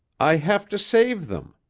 i have to save them,